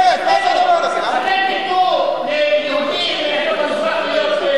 אתם תיתנו ליהודי מעדות המזרח להיות,